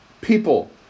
people